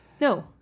no